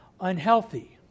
Unhealthy